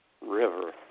River